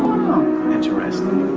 interesting.